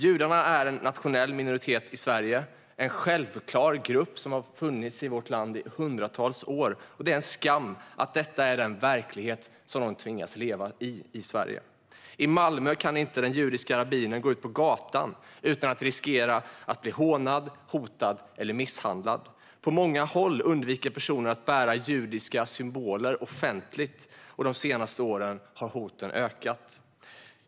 Judarna är en nationell minoritet i Sverige, en självklar grupp som har funnits i vårt land i hundratals år, och det är skam att detta är den verklighet de tvingas leva i. I Malmö kan inte den judiska rabbinen gå ut på gatan utan att riskera att bli hånad, hotad eller misshandlad. På många håll undviker personer att bära judiska symboler offentligt, och de senaste åren har hoten ökat.